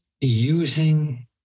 using